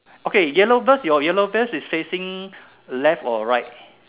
okay yellow bird your yellow bird is facing left or right